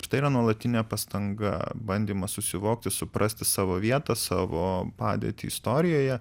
ir tai yra nuolatinė pastanga bandymas susivokti suprasti savo vietą savo padėtį istorijoje